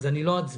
אני לא אצביע.